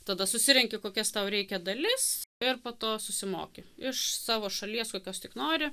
tada susirenki kokias tau reikia dalis ir po to susimoki iš savo šalies kokios tik nori